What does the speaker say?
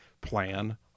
plan